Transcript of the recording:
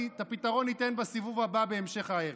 אני אתן את הפתרון בסיבוב הבא, בהמשך הערב.